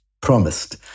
promised